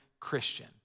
Christian